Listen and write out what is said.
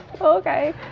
okay